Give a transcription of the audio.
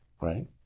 right